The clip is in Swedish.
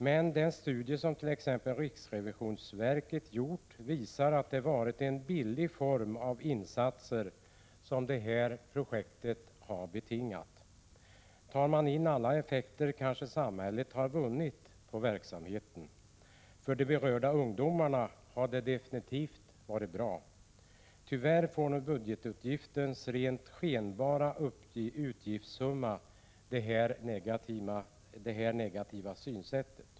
Men den studie som t.ex. riksrevisionsverket gjort visar att det här projektet inneburit en billig form av insatser. Tar man in alla effekter kanske samhället har vunnit på verksamheten. För de berörda ungdomarna har den definitivt varit bra. Tyvärr innebär nu budgetens rent skenbara utgiftssumma det här negativa synsättet.